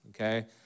okay